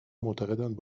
معتقدند